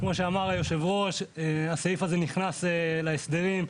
כמו שאמר יושב הראש, הסעיף הזה נכנס להסדרים.